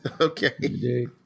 Okay